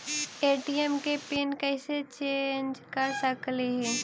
ATM के pin कैसे change कर सकली ही?